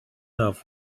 love